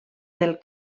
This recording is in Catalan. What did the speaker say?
del